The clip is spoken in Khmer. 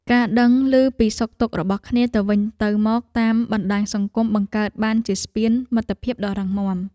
ការដឹងឮពីសុខទុក្ខរបស់គ្នាទៅវិញទៅមកតាមបណ្តាញសង្គមបង្កើតបានជាស្ពានមិត្តភាពដ៏រឹងមាំ។